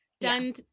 done